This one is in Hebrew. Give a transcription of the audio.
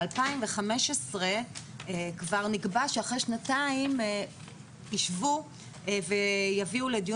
כבר ב-2015 נקבע שאחרי שנתיים יישבו ויביאו לדיון